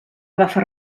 agafa